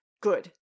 good